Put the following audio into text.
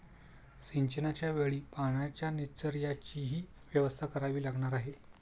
सिंचनाच्या वेळी पाण्याच्या निचर्याचीही व्यवस्था करावी लागणार आहे